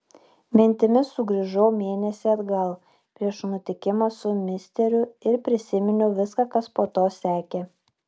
mintimis sugrįžau mėnesį atgal prieš nutikimą su misteriu ir prisiminiau viską kas po to sekė